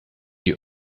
you